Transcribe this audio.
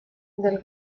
del